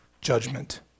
judgment